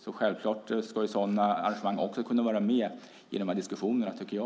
Självklart ska också sådana arrangemang kunna finnas med i de här diskussionerna. Det tycker jag.